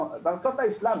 בארצות האסלאם,